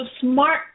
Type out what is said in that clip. smart